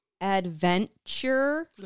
adventure